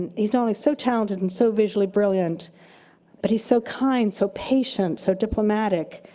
and he's not only so talented and so visually brilliant but he's so kind, so patient, so diplomatic.